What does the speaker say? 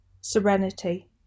Serenity